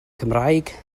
cymraeg